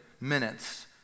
minutes